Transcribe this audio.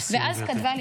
ואז כתבה לי